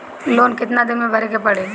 Loan कितना दिन मे भरे के पड़ी?